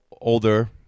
older